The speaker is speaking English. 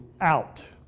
out